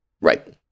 Right